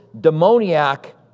demoniac